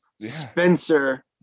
Spencer